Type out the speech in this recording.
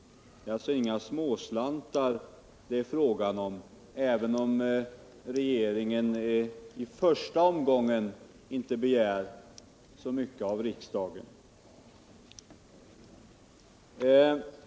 Det är inga småslantar det är fråga om, även om regeringen i första omgången inte begär så mycket av riksdagen.